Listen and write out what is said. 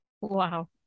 Wow